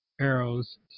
Arrow's